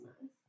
nice